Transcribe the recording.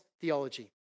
theology